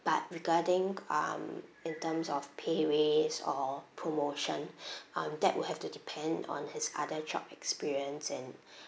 but regarding um in terms of pay raise or promotion um that will have to depend on his other job experience and